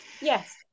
Yes